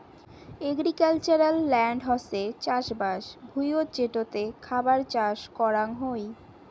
agricultural land হসে চাষবাস ভুঁইয়ত যেটোতে খাবার চাষ করাং হই